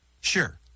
Sure